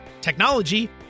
technology